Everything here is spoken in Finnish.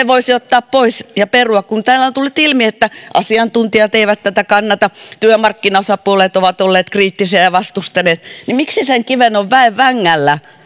voisi ottaa pois ja perua kun täällä on tullut ilmi että asiantuntijat eivät tätä kannata työmarkkinaosapuolet ovat olleet kriittisiä ja vastustaneet niin miksi sen kiven on väen vängällä